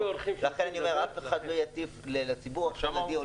לכן אף אחד לא יטיף לציבור החרדי.